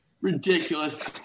ridiculous